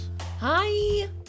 Hi